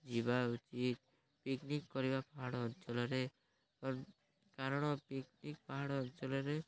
ଯିବା ଉଚିତ୍ ପିକ୍ନିକ୍ କରିବା ପାହାଡ଼ ଅଞ୍ଚଲରେ କାରଣ ପିକ୍ନିକ୍ ପାହାଡ଼ ଅଞ୍ଚଳରେ